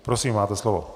Prosím, máte slovo.